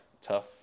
tough